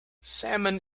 salmon